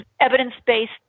evidence-based